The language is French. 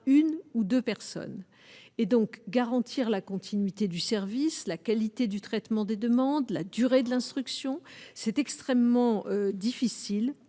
une ou 2 personnes et donc garantir la continuité du service, la qualité du traitement des demandes, la durée de l'instruction, c'est extrêmement difficile